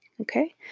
okay